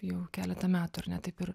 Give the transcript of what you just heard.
jau keletą metų ar ne taip ir